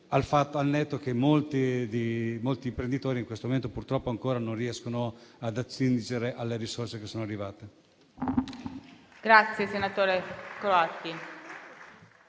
del fatto che molti imprenditori in questo momento purtroppo ancora non riescono ad attingere alle risorse che sono arrivate.